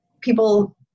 People